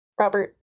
Robert